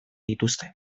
dituzte